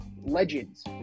Legends